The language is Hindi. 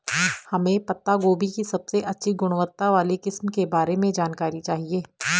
हमें पत्ता गोभी की सबसे अच्छी गुणवत्ता वाली किस्म के बारे में जानकारी चाहिए?